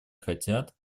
хотят